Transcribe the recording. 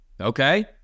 Okay